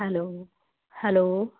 hello hello